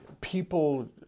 people